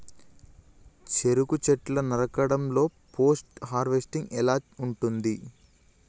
చెరుకు చెట్లు నరకడం లో పోస్ట్ హార్వెస్టింగ్ ఎలా ఉంటది?